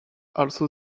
also